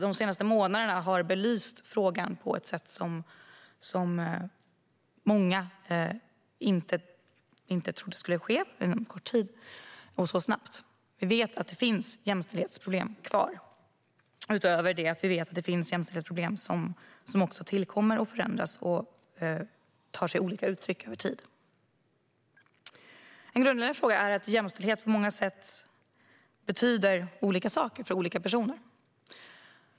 De senaste månaderna har frågan belysts på ett sätt som många inte trodde skulle ske så snabbt. Vi vet att jämställdhetsproblem finns kvar, utöver att jämställdhetsproblem tillkommer, förändras och tar sig olika uttryck hela tiden. Grundläggande är att jämställdhet på många sätt betyder olika saker för olika personer.